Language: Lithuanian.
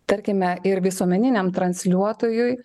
tarkime ir visuomeniniam transliuotojui